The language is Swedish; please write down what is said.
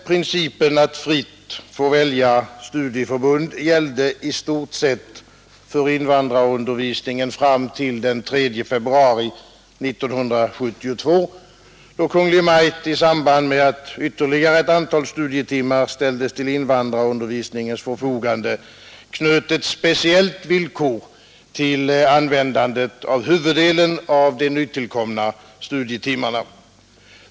Principen att fritt få välja studieförbund gällde i stort sett för invandrarundervisningen fram till den 3 februari 1972, då Kungl. Maj:t i samband med att ytterligare ett antal studietimmar ställdes till invandrarundervisningens förfogande knöt ett speciellt villkor till användandet av huvuddelen av de nytillkomna studietimmarna.